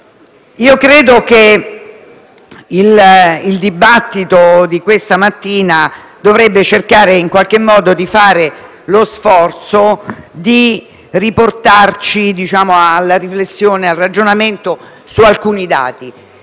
credo che il dibattito di questa mattina dovrebbe cercare in qualche modo di fare lo sforzo di riportarci alla riflessione e al ragionamento su alcuni dati.